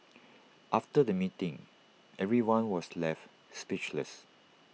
after the meeting everyone was left speechless